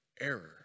error